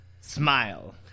Smile